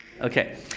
Okay